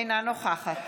אינה נוכחת